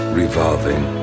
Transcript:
revolving